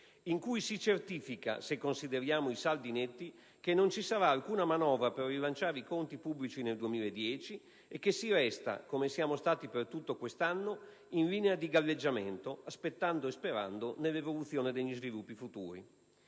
in cui si certifica, se consideriamo i saldi netti, che non ci sarà alcuna manovra per rilanciare i conti pubblici nel 2010, e che si resta, come siamo stati per tutto il corrente anno, in linea di galleggiamento, aspettando e sperando nell'evoluzione degli sviluppi futuri.